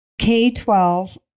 K-12